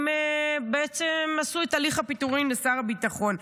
שהם בעצם עשו את הליך הפיטורים לשר הביטחון.